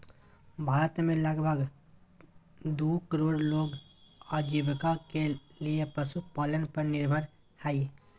भारत में लगभग दू करोड़ लोग आजीविका के लिये पशुपालन पर निर्भर हइ